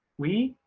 we,